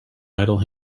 idle